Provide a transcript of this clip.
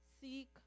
seek